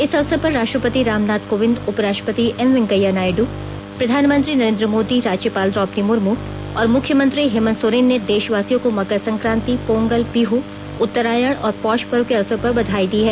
इस अवसर पर राष्ट्रंपति रामनाथ कोविंद उपराष्ट्रापति एम वैंकेया नायडू प्रधानमंत्री नरेंद्र मोदी राज्यपाल द्रौपदी मुर्म और मुख्यमंत्री हेमंत सोरेन ने देशवासियों को मकर संक्राति पोंगल बीहु उत्तरायण और पौष पर्व के अवसर पर बधाई दी है